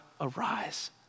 arise